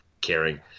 caring